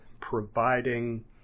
providing